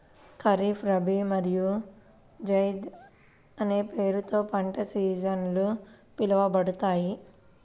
ఖరీఫ్, రబీ మరియు జైద్ అనే పేర్లతో పంట సీజన్లు పిలవబడతాయి